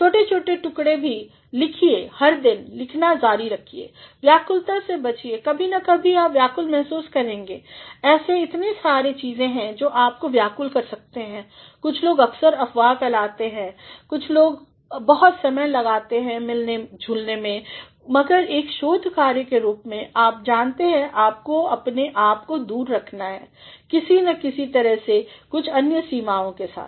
छोटे टुकड़े भी चीज़ों के लिखिए हर दिन लिखना जारी रखिए व्याकुलता से बचिए कभी ना कभी आप व्याकुल महसूस करेंगे ऐसे इतने सारे चीज़ें हैं जो आपको व्याकुल कर सकते हैं कुछ लोग अक्सर अफवाह फैलाते हैं कुछ लोग बहुत समय लगते हैं मिलने झुलने में मगर एक शोधकार्य के रूप में आप जानते हैं आपको अपने आप को दूर रखना है किसी न किसी तरह से या कुछ अन्य सीमाओं के साथ